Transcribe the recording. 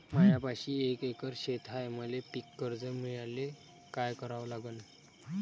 मायापाशी एक एकर शेत हाये, मले पीककर्ज मिळायले काय करावं लागन?